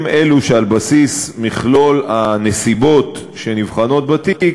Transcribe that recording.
הם אלה שעל בסיס מכלול הנסיבות שנבחנות בתיק